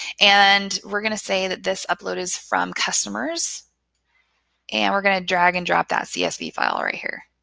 and we're going to say that this upload is from customers and we're going to drag and drop that csv file right here.